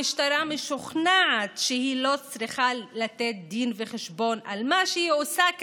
המשטרה משוכנעת שהיא לא צריכה לתת דין וחשבון על מה שהיא עושה כעת,